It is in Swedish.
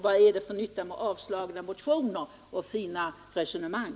Vad är det för nytta med avslagna motioner och fina debatt resonemang?